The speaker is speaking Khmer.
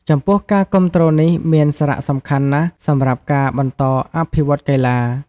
ចំពោះការគាំទ្រនេះមានសារៈសំខាន់ណាស់សម្រាប់ការបន្តអភិវឌ្ឍកីឡា។